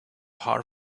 hard